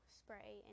spray